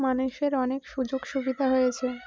মানুষের অনেক সুযোগ সুবিধা হয়েছে